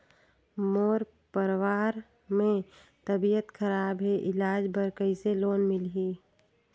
मोर परवार मे तबियत खराब हे इलाज बर कइसे लोन मिलही?